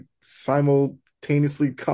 simultaneously